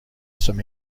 some